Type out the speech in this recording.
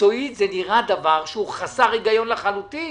מקצועית זה נראה דבר שהוא חסר היגיון לחלוטין